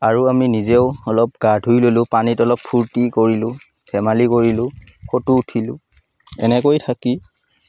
আৰু আমি নিজেও অলপ গা ধুই ল'লোঁ পানীত অলপ ফুৰ্তি কৰিলোঁ ধেমালি কৰিলোঁ ফটো উঠিলোঁ এনেকৈ থাকি